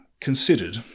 considered